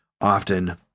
often